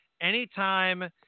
Anytime